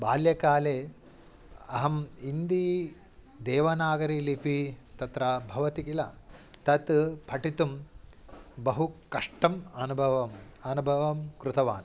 बाल्यकाले अहम् हिन्दी देवनागरी लिपिः तत्र भवति किल तत् पठितुं बहु कष्टम् अनुभवं अनुभवं कृतवान्